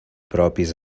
propis